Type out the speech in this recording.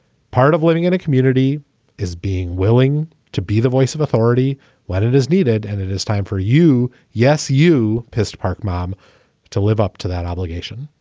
part of living in a community is being willing to be the voice of authority when it is needed and it is time for you. yes, you pissed park mom to live up to that obligation,